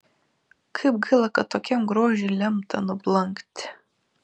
kaip gaila kad tokiam grožiui lemta nublankti